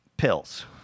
Pills